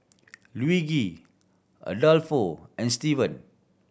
Luigi Adolfo and Steven